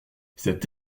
cet